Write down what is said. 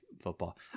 football